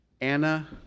Anna